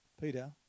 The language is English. Peter